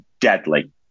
deadly